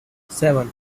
seven